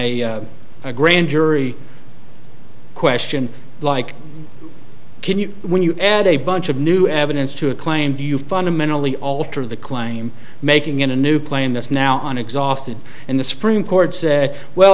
on a grand jury question like can you when you add a bunch of new evidence to a claim do you fundamentally alter the claim making in a new claim that's now on exhausted and the supreme court said well